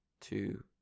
two